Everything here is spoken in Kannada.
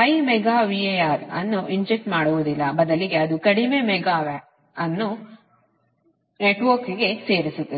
5 ಮೆಗಾ VAR ಅನ್ನು ಇನ್ಜೇಕ್ಟ್ಸ್ ಮಾಡುವುದಿಲ್ಲ ಬದಲಿಗೆ ಅದು ಕಡಿಮೆ ಮೆಗಾವರ್ ಅನ್ನು ನೆಟ್ವರ್ಕ್ಗೆ ಸೇರಿಸುತ್ತದೆ